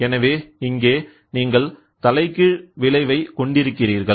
எனவே இங்கே நீங்கள் தலைகீழ் விளைவை கொண்டிருக்கிறீர்கள்